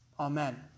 Amen